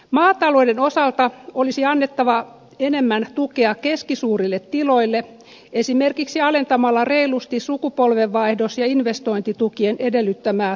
maatalouden osalta olisi annettava enemmän tukea keskisuurille tiloille esimerkiksi alentamalla reilusti sukupolvenvaihdos ja investointitukien edellyttämää tuottovaatimusta